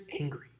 angry